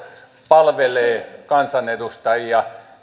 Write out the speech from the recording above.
palvelee kansanedustajia